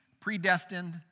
predestined